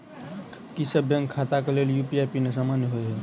की सभ बैंक खाता केँ लेल यु.पी.आई पिन समान होइ है?